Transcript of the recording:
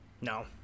No